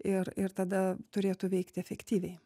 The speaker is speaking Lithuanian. ir ir tada turėtų veikti efektyviai